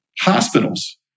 Hospitals